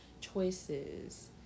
choices